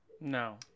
No